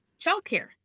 childcare